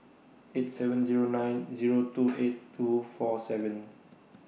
eight seven Zero nine Zero two eight two four seven